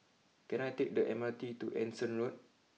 can I take the M R T to Anson Road